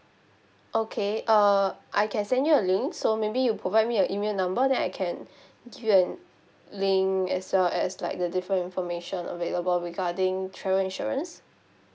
okay uh I can send you a link so maybe you provide me your email number then I can give you an link as well as like the different information available regarding travel insurance